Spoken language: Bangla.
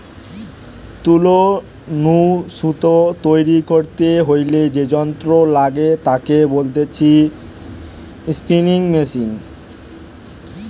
তুলো নু সুতো তৈরী করতে হইলে যে যন্ত্র লাগে তাকে বলতিছে স্পিনিং মেশিন